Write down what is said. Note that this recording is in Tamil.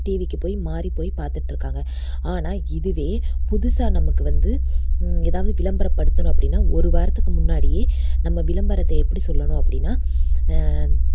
டிவிக்கு போய் மாறி போய் பார்த்துட்ருக்காங்க ஆனால் இதுவே புதுசாக நமக்கு வந்து எதாவது விளம்பரம் படுத்தணும் அப்படின்னா ஒரு வாரத்துக்கு முன்னாடியே நம்ப விளம்பரத்தை எப்படி சொல்லணும் அப்படின்னா